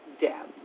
death